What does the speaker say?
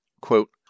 Quote